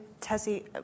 Tessie